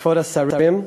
כבוד השרים,